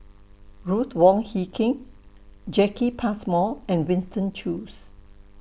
Ruth Wong Hie King Jacki Passmore and Winston Choos